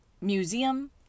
museum